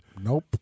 Nope